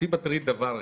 אותי מטריד דבר אחד.